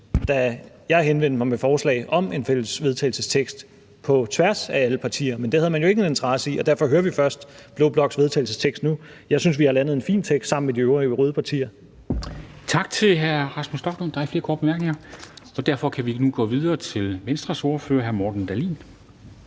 da jeg henvendte mig med forslag om en fælles vedtagelsestekst på tværs af alle partier. Men det havde man jo ikke en interesse i, og derfor hører vi først blå bloks forslag til vedtagelse nu. Jeg synes, vi har landet en fin tekst sammen med de øvrige røde partier. Kl. 13:47 Formanden (Henrik Dam Kristensen): Tak til hr. Rasmus Stoklund. Der er ikke flere korte bemærkninger, og derfor kan vi nu gå videre til Venstres ordfører, hr. Morten Dahlin.